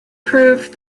proved